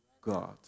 God